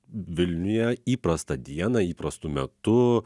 vilniuje įprastą dieną įprastu metu